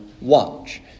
watch